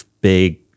big